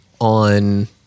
on